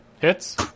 Hits